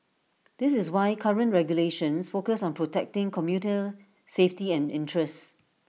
this is why current regulations focus on protecting commuter safety and interests